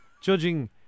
judging